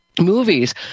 movies